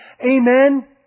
Amen